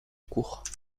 cours